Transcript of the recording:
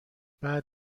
بعد